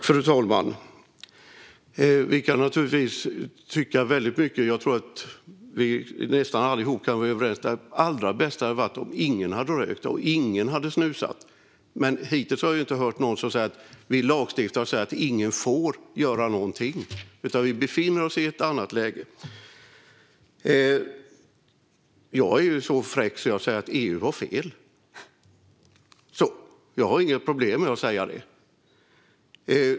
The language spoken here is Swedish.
Fru talman! Vi kan naturligtvis tycka väldigt mycket. Nästan allihop kan vara överens om att det allra bästa hade varit om ingen hade rökt och ingen hade snusat. Hittills har vi inte hört någon som säger att man ska lagstifta och säga att ingen får göra någonting. Vi befinner oss i ett annat läge. Jag är så fräck att jag säger att EU har fel - jag har inget problem med att säga det.